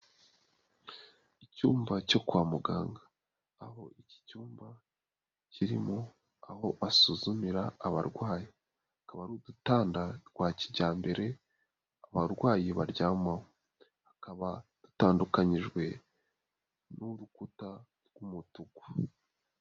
icyumba cyo kwa muganga, aho iki cyumba kirimo aho basuzumira abarwayi, Akaba ari udutanda twa kijyambere abarwayi baryamaho, tukaba dukanyijwe n'urukuta rw'umutuku.